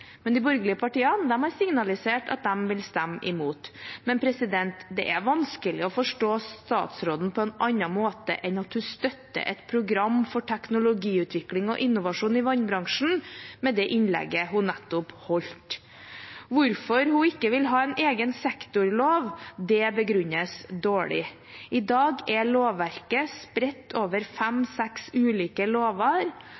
Men det er vanskelig å forstå statsråden på annen måte enn at hun støtter et program for teknologiutvikling og innovasjon i vannbransjen med det innlegget hun nettopp holdt. Hvorfor hun ikke vil ha en egen sektorlov, begrunnes dårlig. I dag er lovverket spredt over